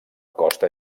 costa